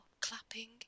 clapping